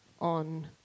on